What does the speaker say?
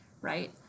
right